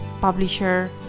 publisher